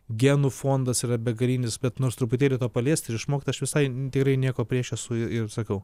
genų fondas yra begalinis bet nors truputėlį to paliesti ir išmokt aš visai tikrai nieko prieš esu ir sakau